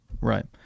right